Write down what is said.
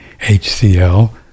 HCL